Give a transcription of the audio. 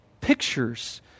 pictures